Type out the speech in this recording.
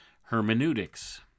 hermeneutics